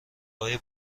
های